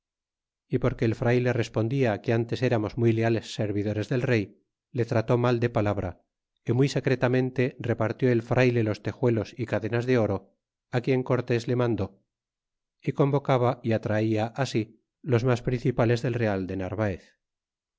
é porque el frayle respondia que antes eramos muy leales servidores del rey le trató mal de palabra y muy secretamente repartió el frayle los tejuelos y cadenas de oro quién cortés le mandé y convocaba y atraía si los mas principales del real de narvaez